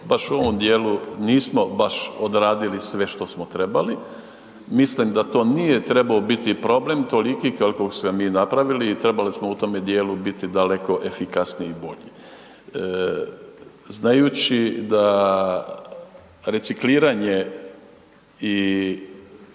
baš u ovom dijelu nismo baš odradili sve što smo trebali. Mislim da to nije trebao biti problem toliki kakvog smo i napravili i trebali smo u tom dijelu biti daleko efikasniji i bolji. Znajući da recikliranje i